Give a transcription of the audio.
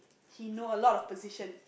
he know a lot of position